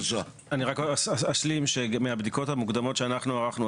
אני רק אשלים שמהבדיקות המוקדמות שאנחנו ערכנו,